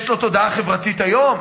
יש לו תודעה חברתית היום.